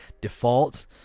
default